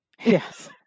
Yes